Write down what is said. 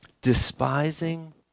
Despising